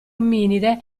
ominide